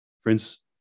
Friends